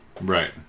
Right